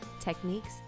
techniques